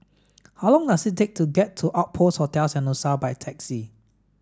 how long does it take to get to Outpost Hotel Sentosa by taxi